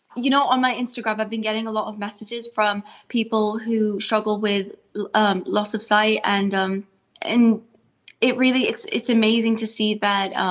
you know, on my instagram i've been getting a lot of messages from people who struggle with um loss of sight and um and it really it's it's amazing to see that,